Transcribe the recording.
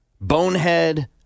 bonehead